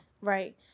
Right